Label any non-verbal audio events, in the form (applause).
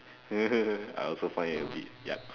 (laughs) I also find it a bit yucks